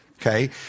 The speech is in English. okay